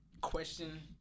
question